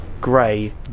grey